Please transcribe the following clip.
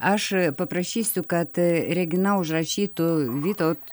aš paprašysiu kad regina užrašytų vytaut